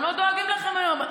הם לא דואגים לכם היום.